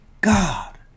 God